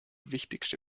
wichtigste